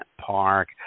park